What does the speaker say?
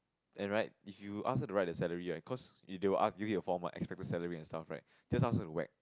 and right if you ask her to write a salary right cause they will argue it a for my expected salary itself right just ask her to whack